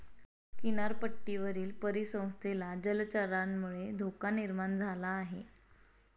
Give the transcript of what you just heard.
किनारपट्टीवरील परिसंस्थेला जलचरांमुळे धोका निर्माण झाला आहे